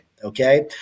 Okay